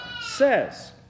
says